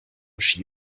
ski